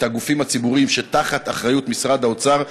את הגופים הציבוריים שתחת משרד האוצר,